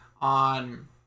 on